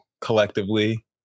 collectively